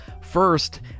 First